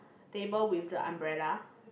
table with the umbrella